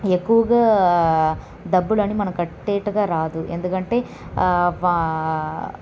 ఎక్కువుగా డబ్బులు అని మనం కట్టేట్టుగా రాదు ఎందుకంటే వా